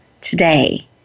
today